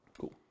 Cool